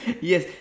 Yes